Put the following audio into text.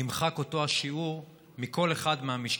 נמחק אותו שיעור מכל אחד מהמשתתפים.